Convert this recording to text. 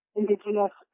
indigenous